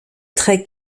trait